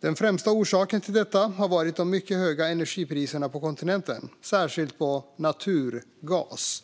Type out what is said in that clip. Den främsta orsaken till detta har varit de mycket höga energipriserna på kontinenten, särskilt på naturgas.